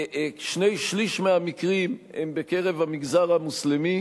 שני-שלישים מהמקרים הם בקרב המגזר המוסלמי,